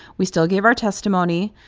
we still gave our testimony,